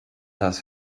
das